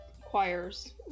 choirs